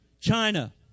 China